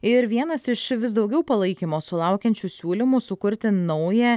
ir vienas iš vis daugiau palaikymo sulaukiančių siūlymų sukurti naują